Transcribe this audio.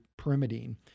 pyrimidine